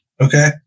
Okay